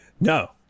No